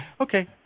Okay